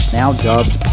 now-dubbed